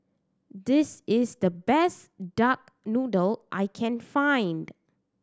this is the best duck noodle I can find